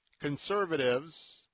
conservatives